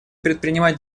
предпринимать